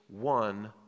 one